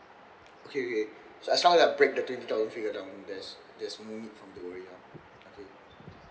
okay okay so as long as I break the twenty thousand figure down there's there's no need for me to worry lah okay